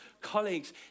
Colleagues